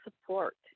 support